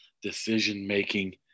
decision-making